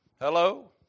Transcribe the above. Hello